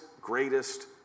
greatest